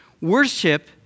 Worship